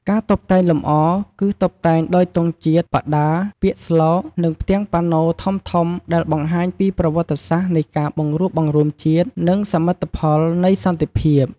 ការតុបតែងលម្អ គឺតុបតែងដោយទង់ជាតិ បដា ពាក្យស្លោក និងផ្ទាំងប៉ាណូធំៗដែលបង្ហាញពីប្រវត្តិសាស្ត្រនៃការបង្រួបបង្រួមជាតិ និងសមិទ្ធផលនៃសន្តិភាព។